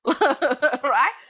right